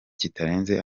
kitarenze